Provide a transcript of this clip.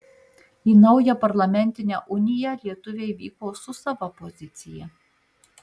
į naują parlamentinę uniją lietuviai vyko su sava pozicija